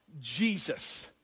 jesus